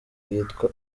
yitwa